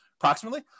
Approximately